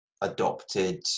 adopted